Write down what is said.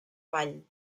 vall